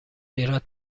ایراد